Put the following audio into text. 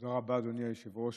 רבה, אדוני היושב-ראש.